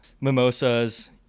mimosas